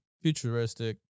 Futuristic